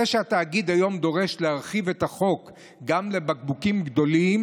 זה שהתאגיד היום דורש להרחיב את החוק גם לבקבוקים גדולים,